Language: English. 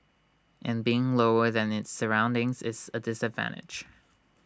and being lower than its surroundings is A disadvantage